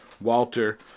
Walter